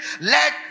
Let